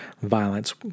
violence